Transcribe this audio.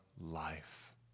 life